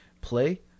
play